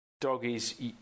Doggies